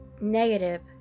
negative